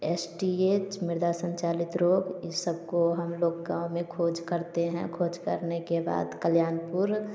S T H मृदा संचालित रोग ये सब को हम लोग गाँव में खोज करते खोज करने के बाद कल्याणपुर